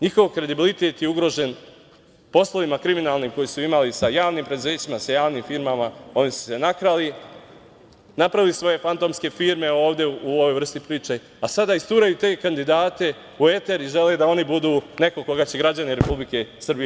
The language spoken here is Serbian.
Njihov kredibilitet je ugrožen poslovima kriminalnim koje su imali sa javnim preduzećima, sa javnim firmama, oni su se nakrali, napravili svoje fantomske firme ovde u ovoj vrsti priče, a sada isturaju te kandidate u etar i žele da oni budu neko koga će građani Republike Srbije